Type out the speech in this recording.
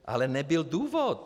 Ale nebyl důvod.